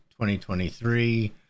2023